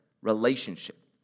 relationship